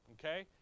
okay